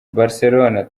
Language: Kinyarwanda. barcelona